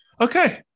okay